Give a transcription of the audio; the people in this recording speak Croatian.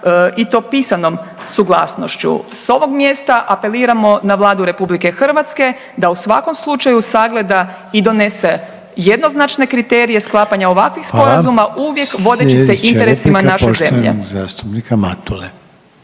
i to pisanom suglasnošću. S ovog mjesta apeliramo na Vladu Republike Hrvatske da u svakom slučaju sagleda i donese jednoznačne kriterije sklapanja ovakvih sporazuma uvijek vodeći se interesima naše zemlje.